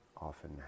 often